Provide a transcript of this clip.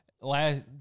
last